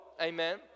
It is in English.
Amen